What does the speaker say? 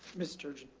mr sturgeon.